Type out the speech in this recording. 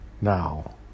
Now